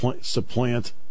supplant